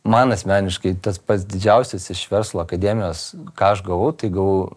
man asmeniškai tas pats didžiausias iš verslo akademijos ką aš gavau tai gavau